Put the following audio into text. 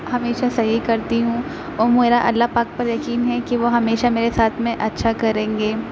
ہمیشہ صحیح کرتی ہوں اور میرا اللہ پاک پر یقین ہے کہ وہ ہمیشہ میرے ساتھ میں اچھا کریں گے